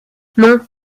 non